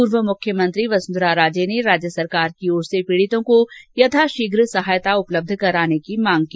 पूर्व मुख्यमंत्री वसुंधरा राजे ने राज्य सरकार से पीड़ितों को यथाशीघ्र सहायता उपलब्ध कराने की मांग की